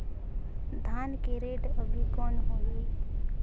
धान के रेट अभी कौन होही?